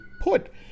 put